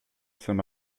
saint